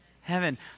heaven